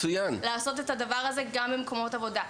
לעשות את הדבר הזה גם במקומות עבודה.